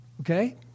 Okay